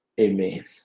Amen